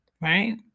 right